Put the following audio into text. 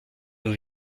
nous